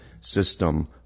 system